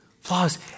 flaws